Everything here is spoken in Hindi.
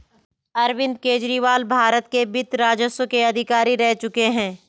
अरविंद केजरीवाल भारत के वित्त राजस्व के अधिकारी रह चुके हैं